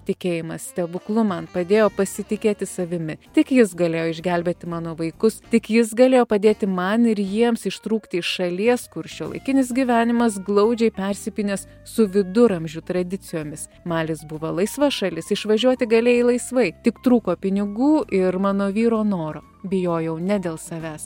tikėjimas stebuklu man padėjo pasitikėti savimi tik jis galėjo išgelbėti mano vaikus tik jis galėjo padėti man ir jiems ištrūkti iš šalies kur šiuolaikinis gyvenimas glaudžiai persipynęs su viduramžių tradicijomis malis buvo laisva šalis išvažiuoti galėjai laisvai tik trūko pinigų ir mano vyro noro bijojau ne dėl savęs